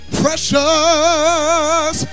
precious